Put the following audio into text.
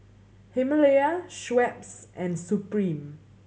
Himalaya Schweppes and Supreme